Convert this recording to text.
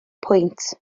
pwynt